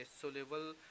soluble